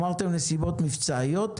אמרתם נסיבות מבצעיות,